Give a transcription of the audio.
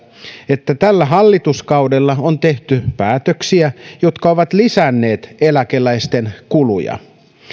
että tällä hallituskaudella on tehty päätöksiä jotka ovat lisänneet eläkeläisten kuluja